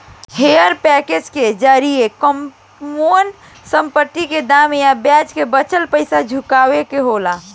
hire purchase के जरिया कवनो संपत्ति के दाम आ ब्याज के बाचल पइसा चुकावे के होला